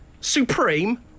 Supreme